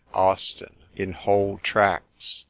austin, in whole tracts,